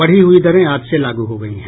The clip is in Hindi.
बढ़ी हुयी दरें आज से लागू हो गयी हैं